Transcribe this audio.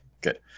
Good